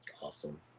Awesome